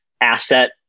asset